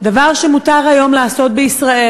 דבר שמותר היום לעשות בישראל.